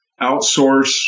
outsource